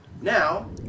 Now